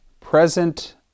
present